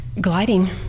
Gliding